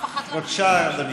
פעם אחת להקדיש, בבקשה, אדוני.